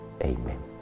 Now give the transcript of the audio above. Amen